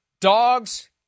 dogs